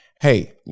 hey